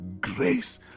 grace